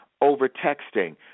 over-texting